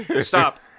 Stop